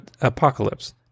apocalypse